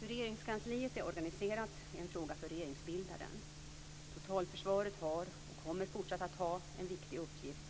Hur Regeringskansliet är organiserat är en fråga för regeringsbildaren. Totalförsvaret har och kommer fortsatt att ha en viktig uppgift